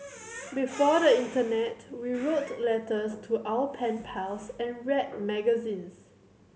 before the internet we wrote letters to our pen pals and read magazines